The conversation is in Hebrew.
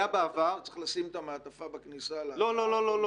צריך לשים את המעטפה בכניסה לאגף --- לא, לא.